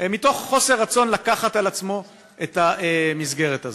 מתוך חוסר רצון לקחת על עצמה את המסגרת הזאת.